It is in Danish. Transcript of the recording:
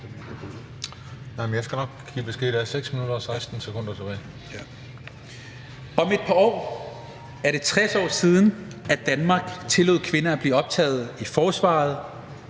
Om et par år er det 60 år siden, Danmark tillod kvinder at blive optaget i forsvaret.